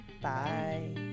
Bye